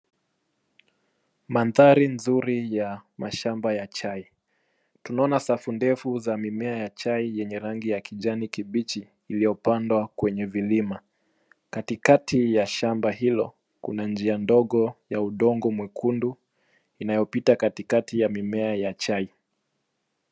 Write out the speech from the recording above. Manthari nzuri ya mashamba ya chai. Tunaona safu ndefu za mimea ya chai yeney rangi ya kijani kibichi iliyopandwa kwenye milima. Katikati ya shamba hilo kuna njia ndogo ya udongo mwekundu inayopita katikati ya mimea ya chai.